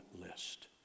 list